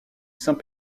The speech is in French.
saint